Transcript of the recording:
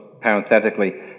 parenthetically